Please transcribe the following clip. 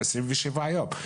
ועשרים ושבעה יום.